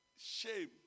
shame